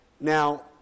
Now